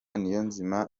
niyonzima